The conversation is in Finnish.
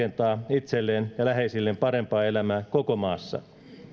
itselleen ja läheisilleen parempaa elämää koko maassa arvoisa